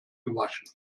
gewaschen